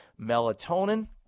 melatonin